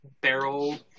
barrel